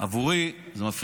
עבורי דוד